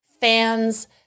fan's